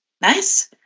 Nice